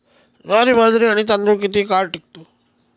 ज्वारी, बाजरी आणि तांदूळ किती काळ टिकतो?